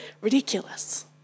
ridiculous